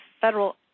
federal